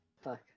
fuck